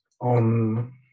on